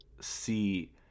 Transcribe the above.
see